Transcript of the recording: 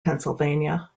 pennsylvania